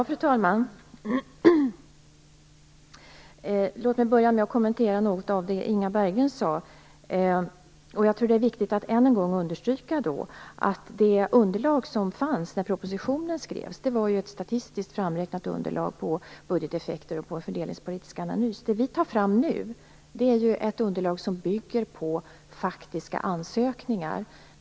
Fru talman! Låt mig börja med att kommentera något av det Inga Berggren sade. Jag tror att det är viktigt att än en gång understryka att det underlag som fanns när propositionen skrevs var ett statistiskt framräknat underlag på budgeteffekter och en fördelningspolitisk analys. Nu tar vi fram ett underlag som bygger på faktiska ansökningar.